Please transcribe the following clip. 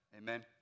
Amen